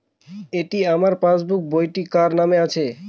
এটি আমার পাসবুক বইটি কার নামে আছে?